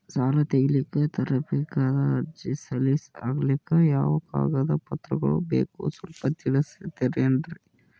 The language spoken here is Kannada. ಸಾಲ ತೆಗಿಲಿಕ್ಕ ತರಬೇಕಾದ ಅರ್ಜಿ ಸಲೀಸ್ ಆಗ್ಲಿಕ್ಕಿ ಯಾವ ಕಾಗದ ಪತ್ರಗಳು ಬೇಕು ಸ್ವಲ್ಪ ತಿಳಿಸತಿರೆನ್ರಿ?